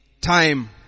time